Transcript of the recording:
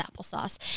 applesauce